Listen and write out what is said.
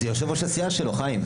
זה יושב-ראש הסיעה שלו, חיים.